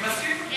אם זה העניין,